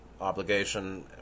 obligation